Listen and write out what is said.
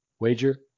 wager